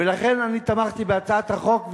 ולכן אני תמכתי בהצעת החוק,